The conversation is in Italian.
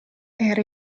era